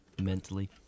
mentally